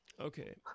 Okay